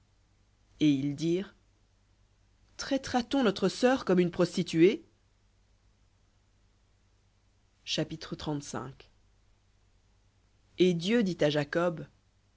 et ils dirent traitera t on notre sœur comme une prostituée chapitre et dieu dit à jacob